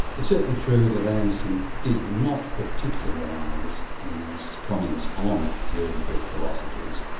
it's certainly true that anderson did not particularise his comments on the early greek philosophers,